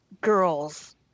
girls